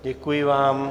Děkuji vám.